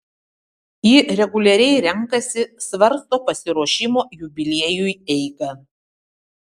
ji reguliariai renkasi svarsto pasiruošimo jubiliejui eigą